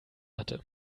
hatte